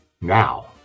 Now